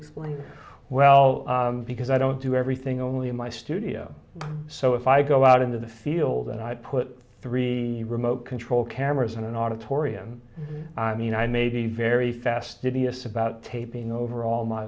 explain well because i don't do everything only in my studio so if i go out into the field and i put three remote control cameras in an auditorium i mean i may be very fastidious about taping over all my